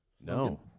No